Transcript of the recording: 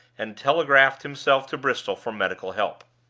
and telegraphed himself to bristol for medical help.